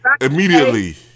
Immediately